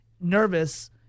nervous